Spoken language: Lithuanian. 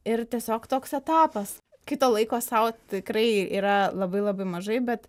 ir tiesiog toks etapas kai to laiko sau tikrai yra labai labai mažai bet